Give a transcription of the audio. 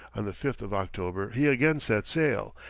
on the fifth of october he again set sail,